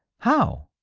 how?